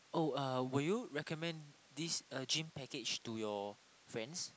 oh uh will you recommend this uh gym package to your friends